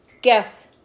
Guess